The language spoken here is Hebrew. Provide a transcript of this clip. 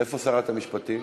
איפה שרת המשפטים?